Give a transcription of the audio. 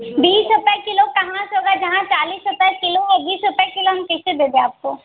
बीस रुपये किलो कहाँ से होगा जहाँ चालीस रुपये किलो है बीस रुपये किलो हम कैसे दे दें आपको